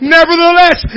Nevertheless